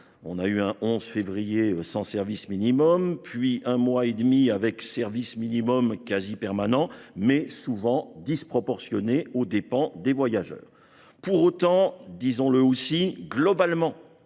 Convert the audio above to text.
connu un 11 février sans service minimum, puis un mois et demi avec un service minimum quasi permanent, mais souvent disproportionné, aux dépens des voyageurs. Pour autant- disons-le aussi !-,